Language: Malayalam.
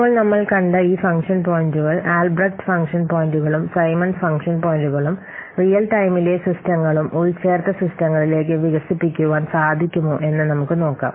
ഇപ്പോൾ നമ്മൾ കണ്ട ഈ ഫംഗ്ഷൻ പോയിന്റുകൾ ആൽബ്രെക്റ്റ് ഫംഗ്ഷൻ പോയിന്റുകളും സൈമൺസ് ഫംഗ്ഷൻ പോയിന്റുകളും റിയൽടൈംലേ സിസ്റ്റങ്ങളും ഉൾച്ചേർത്ത സിസ്റ്റങ്ങളിലെക്ക് വികസിപ്പികുവാൻ സാധികുമോ എന്ന് നമുക്ക് നോക്കാം